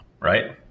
Right